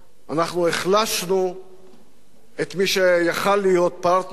החלשנו את מי שיכול היה להיות פרטנר,